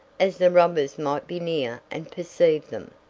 as the robbers might be near and perceive them,